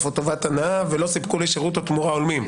או טובת הנאה ולא סיפקו לי שירות או תמורה הולמים,